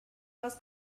was